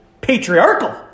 patriarchal